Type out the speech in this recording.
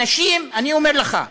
אנשים, אני אומר לך,